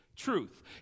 truth